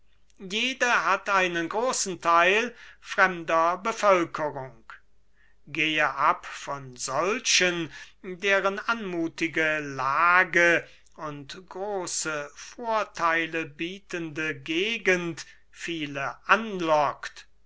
jede hat einen großen theil fremder bevölkerung gehe ab von solchen deren anmuthige lage und große vortheile bietende gegend viele anlockt